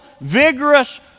vigorous